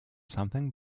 something